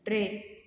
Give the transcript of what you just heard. टे